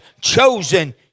chosen